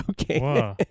okay